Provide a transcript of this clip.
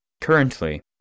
Currently